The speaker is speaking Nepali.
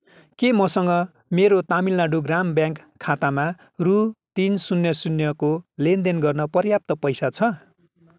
के मसँग मेरो तमिलनाडु ग्राम ब्याङ्क खातामा रु तिन शून्य शून्यको लेनदेन गर्न पर्याप्त पैसा छ